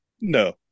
No